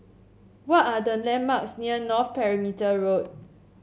what are the landmarks near North Perimeter Road